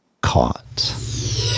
caught